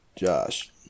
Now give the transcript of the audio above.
Josh